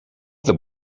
the